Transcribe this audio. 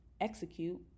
execute